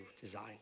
design